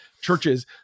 churches